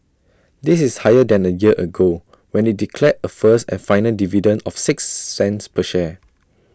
this is higher than A year ago when IT declared A first and final dividend of six cents per share